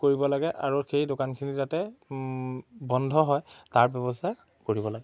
কৰিব লাগে আৰু সেই দোকানখিনি যাতে বন্ধ হয় তাৰ ব্যৱস্থা কৰিব লাগে